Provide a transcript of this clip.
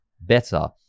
better